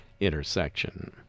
intersection